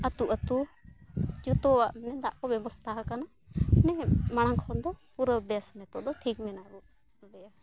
ᱟᱛᱳ ᱟᱛᱳ ᱡᱷᱚᱛᱚᱣᱟᱜ ᱢᱟᱱᱮ ᱫᱟᱜ ᱠᱚ ᱵᱮᱵᱚᱥᱛᱷᱟ ᱟᱠᱟᱱᱟ ᱢᱟᱱᱮ ᱢᱟᱲᱟᱝ ᱠᱷᱚᱱ ᱫᱚ ᱯᱩᱨᱟᱹ ᱵᱮᱥ ᱱᱤᱛᱳᱜ ᱫᱚ ᱴᱷᱤᱠ ᱢᱮᱱᱟᱜ ᱵᱚᱱ ᱛᱟᱞᱮᱭᱟ